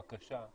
בקשה,